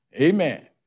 Amen